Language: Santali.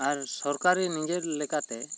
ᱟᱨ ᱥᱚᱨᱠᱟᱨᱤ ᱱᱤᱡᱮᱨ ᱞᱮᱠᱟᱛᱮ